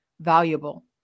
valuable